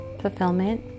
fulfillment